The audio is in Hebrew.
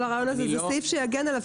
זה סעיף שמגן עליו,